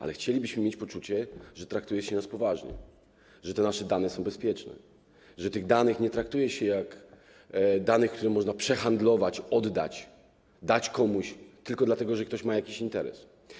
Ale chcielibyśmy mieć poczucie, że traktujecie nas poważnie, że nasze dane są bezpieczne, że tych danych nie traktuje się jak danych, które można przehandlować, oddać, dać komuś tylko dlatego, że ktoś ma jakiś interes.